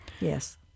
Yes